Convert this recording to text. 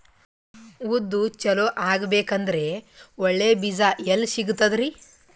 ಉದ್ದು ಚಲೋ ಆಗಬೇಕಂದ್ರೆ ಒಳ್ಳೆ ಬೀಜ ಎಲ್ ಸಿಗತದರೀ?